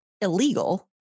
illegal